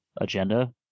agenda